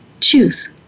Choose